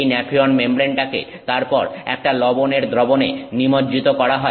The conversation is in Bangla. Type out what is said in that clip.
এই ন্যাফিয়ন মেমব্রেনটাকে তারপর একটা লবণের দ্রবণে নিমজ্জিত করা হয়